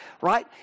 right